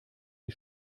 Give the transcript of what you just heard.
die